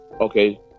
okay